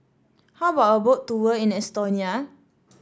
how about a Boat Tour in Estonia